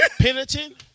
Penitent